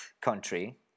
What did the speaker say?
country